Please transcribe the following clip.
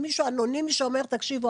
מישהו אנונימי שאומר: תקשיבו,